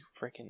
freaking